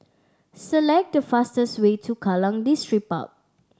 select the fastest way to Kallang Distripark